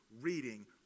reading